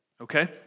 okay